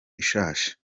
ishashi